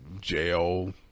jail